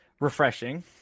refreshing